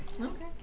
Okay